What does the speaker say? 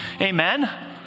Amen